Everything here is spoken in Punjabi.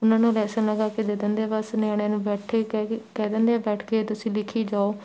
ਉਹਨਾਂ ਨੂੰ ਲੈਸਨ ਲਗਾ ਕੇ ਦੇ ਦਿੰਦੇ ਆ ਬਸ ਨਿਆਣਿਆਂ ਨੂੰ ਬੈਠੇ ਕਹਿ ਕੇ ਕਹਿ ਦਿੰਦੇ ਆ ਬੈਠ ਕੇ ਤੁਸੀਂ ਲਿਖੀ ਜਾਓ